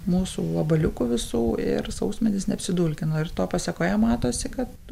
mūsų vabaliukų visų ir sausmedis neapsidulkino ir to pasekoje matosi kad